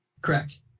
Correct